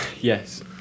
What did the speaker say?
Yes